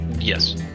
yes